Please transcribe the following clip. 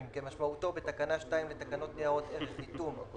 כמשמעותו בתקנה 2 לתקנות ניירות פיננסיערך (חיתום),